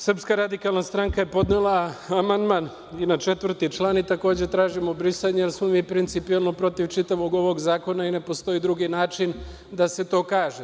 Srpska radikalna stranka je podnela amandman i na četvrti član i takođe tražimo brisanje jer smo mi principijelno protiv čitavog ovog zakona i ne postoji drugi način da se to kaže.